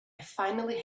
finally